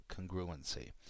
congruency